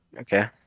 Okay